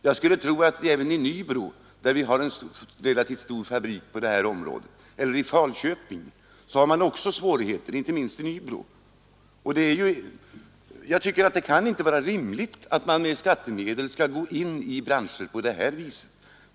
Jag skulle tro att man även i Nybro, där vi har en stor fabrik av detta slag, eller i Falköping har svårigheter — inte minst i Nybro. Det kan inte vara rimligt att man på detta sätt skall gå in i branscher med skattemedel.